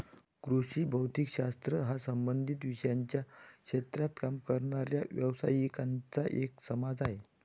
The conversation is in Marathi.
कृषी भौतिक शास्त्र हा संबंधित विषयांच्या क्षेत्रात काम करणाऱ्या व्यावसायिकांचा एक समाज आहे